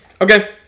Okay